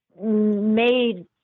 made